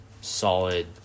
solid